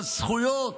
שהזכויות